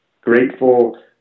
grateful